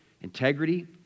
Integrity